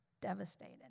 devastated